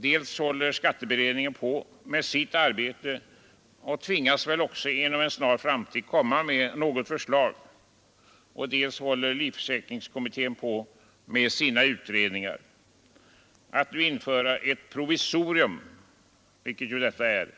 Dels håller skatteberedningen på med sitt arbete och tvingas väl också att inom en snar framtid lägga fram ett förslag, dels arbetar livförsäkringsskattekommittén med sina utredningar. Att nu införa ett provisorium, vilket detta är